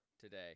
today